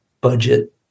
budget